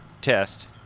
test